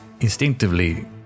instinctively